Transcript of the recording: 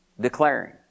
Declaring